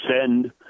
send